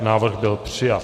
Návrh byl přijat.